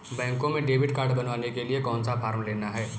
Bank में debit card बनवाने के लिए कौन सा फॉर्म लेना है?